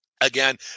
again